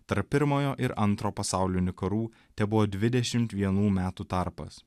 tarp pirmojo ir antro pasaulinių karų tebuvo dvidešimt vienų metų tarpas